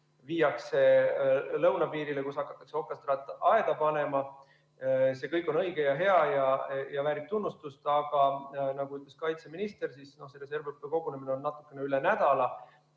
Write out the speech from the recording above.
viiakse lõunapiirile, kus hakatakse okastraataeda panema. See kõik on õige ja hea ja väärib tunnustust, aga nagu ütles kaitseminister, on see reservõppekogunemine natukene üle nädala.